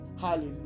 hallelujah